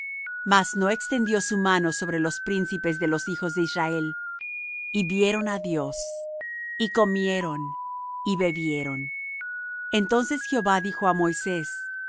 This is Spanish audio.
mas no extendió su mano sobre los príncipes de los hijos de israel y vieron á dios y comieron y bebieron entonces jehová dijo á moisés